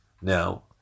Now